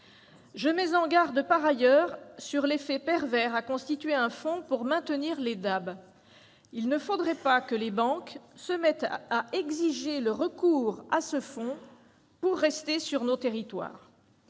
Je mets en garde, par ailleurs, sur l'effet pervers qu'engendrerait la constitution d'un fonds pour maintenir les DAB : il ne faudrait pas que les banques se mettent à exiger le recours à ce fonds pour rester sur nos territoires